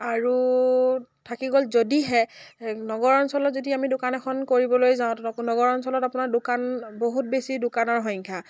আৰু থাকি গ'ল যদিহে নগৰ অঞ্চলত যদি আমি দোকান এখন কৰিবলৈ যাওঁ নগৰ অঞ্চলত আপোনাৰ দোকান বহুত বেছি দোকানৰ সংখ্যা